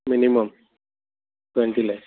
minimum twenty lakhs